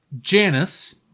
Janice